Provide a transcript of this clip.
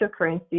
cryptocurrency